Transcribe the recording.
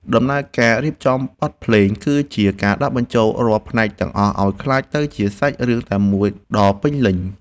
ដំណើរការរៀបចំបទភ្លេងគឺជាការដាក់បញ្ចូលរាល់ផ្នែកទាំងអស់ឱ្យក្លាយទៅជាសាច់រឿងតែមួយដ៏ពេញលេញ។